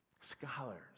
scholars